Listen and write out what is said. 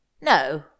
No